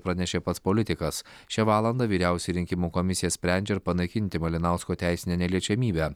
pranešė pats politikas šią valandą vyriausioji rinkimų komisija sprendžia ar panaikinti malinausko teisinę neliečiamybę